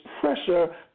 pressure